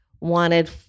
wanted